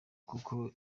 kuko